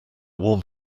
warm